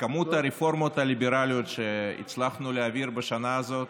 שכמות הרפורמות הליברליות שהצלחנו להעביר בשנה הזאת,